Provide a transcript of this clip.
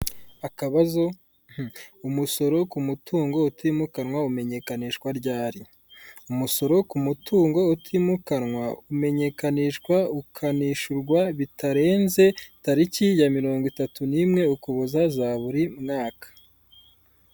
Akabazo, umusoro ku mutungo utimukanwa umenyekanishwa ryari? Umusoro ku mutungo utimukanwa umenyekanishwa ukanishyurwa bitarenze tariki ya mirongo itatu n'imwe ukuboza za buri mwaka.